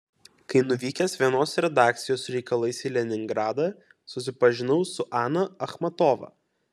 kai nuvykęs vienos redakcijos reikalais į leningradą susipažinau su ana achmatova